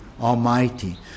Almighty